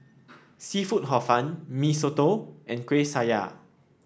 seafood Hor Fun Mee Soto and Kueh Syara